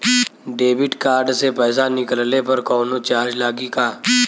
Debit card से पैसा निकलले पर कौनो चार्ज लागि का?